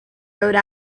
rode